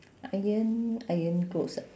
iron iron clothes ah